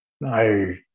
No